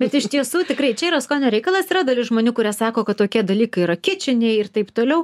bet iš tiesų tikrai čia yra skonio reikalas yra dalis žmonių kurie sako kad tokie dalykai yra kičiniai ir taip toliau